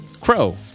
crow